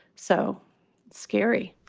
so scary